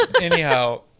anyhow